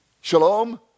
Shalom